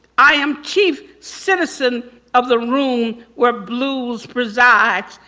i am chief citizen of the room where blues preside.